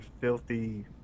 filthy